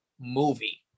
movie